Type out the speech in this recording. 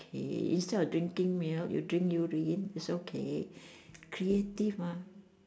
k instead of drinking milk you drink urine it's okay creative mah